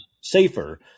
safer